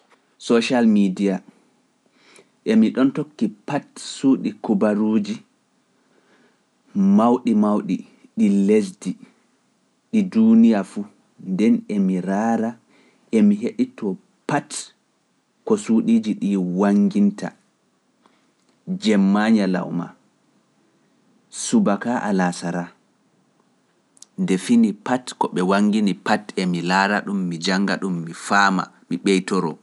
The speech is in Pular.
Social media, emi ɗon tokki pat suuɗi kubaruuji mawɗi mawɗi ɗi lesdi ɗi duuniya fuu, nden emi raara emi heɗi to pat ko suuɗiiji ɗii wanginta jemma nyalawma subaka alaasara nde fini pati ko ɓe wangini pat e mi laara ɗum mi jannga ɗum mi faama mi ɓeytoro.